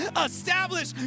establish